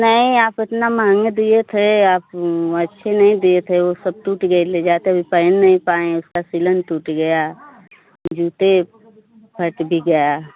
नहीं आप इतना महँगे दिए थे आप अच्छे नहीं दिए थे ओ सब टूट गए ले जाते भी पहन नहीं पाएँ उसका सिलन टूट गया जूते फट भी गया